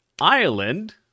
Ireland